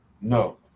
No